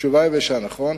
תשובה יבשה, נכון?